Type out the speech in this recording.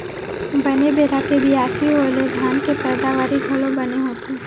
बने बेरा के बियासी होय ले धान के पैदावारी घलौ बने होथे